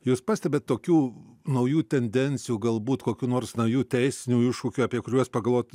jūs pastebit tokių naujų tendencijų galbūt kokių nors naujų teisinių iššūkių apie kuriuos pagalvot